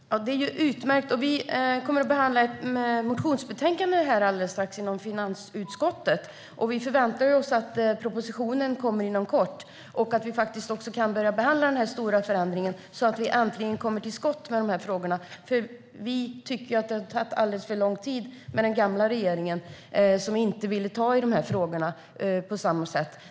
Herr talman! Det är utmärkt! Vi kommer snart att behandla ett motionsbetänkande från finansutskottet, och vi förväntar oss att propositionen kommer inom kort och att vi kan börja behandla den här stora förändringen så att vi äntligen kommer till skott. Vi tycker ju att det har tagit alldeles för lång tid med den gamla regeringen, som inte ville ta i dessa frågor på samma sätt.